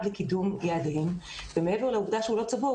לקידום יעדיהם ומעבר לעובדה שהוא לא צבוע,